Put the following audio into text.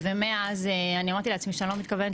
ומאז אני אמרתי לעצמי שאני לא מתכוונת